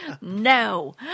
No